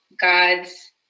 God's